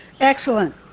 excellent